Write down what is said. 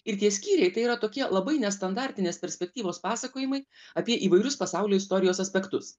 ir tie skyriai tai yra tokie labai nestandartinės perspektyvos pasakojimai apie įvairius pasaulio istorijos aspektus